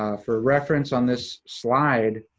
ah for reference on this slide,